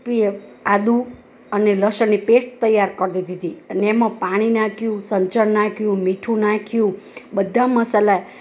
કે આદું અને લસણની પેસ્ટ તૈયાર કરી દીધી હતી અને એમાં પાણી નાખ્યું સંચળ નાખ્યું મીઠું નાખ્યું બધાં મસાલા